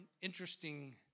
interesting